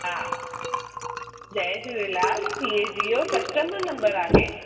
हा जय झूलेलाल इहो जिओ कस्टमर नंबर आहे